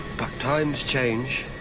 but times change.